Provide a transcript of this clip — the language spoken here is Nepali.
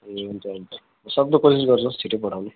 ए हुन्छ हुन्छ सक्दो कोसिस गर्छु छिटै पठाउने